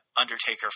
Undertaker